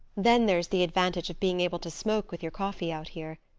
then there's the advantage of being able to smoke with your coffee out here.